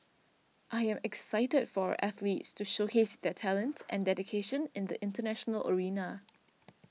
I am excited for our athletes to showcase their talents and dedication in the international arena